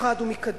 אחד הוא מקדימה,